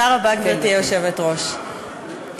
גברתי היושבת-ראש,